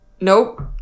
Nope